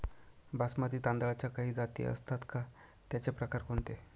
बासमती तांदळाच्या काही जाती असतात का, त्याचे प्रकार कोणते?